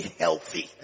healthy